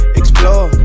explore